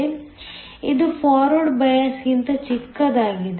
ಇದು forward bias ಗಿಂತ ಚಿಕ್ಕದಾಗಿದೆ